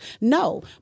No